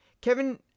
Kevin